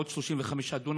עוד 35 דונם,